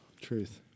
Truth